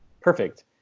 Perfect